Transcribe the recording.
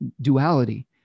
duality